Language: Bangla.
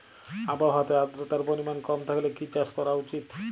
আবহাওয়াতে আদ্রতার পরিমাণ কম থাকলে কি চাষ করা উচিৎ?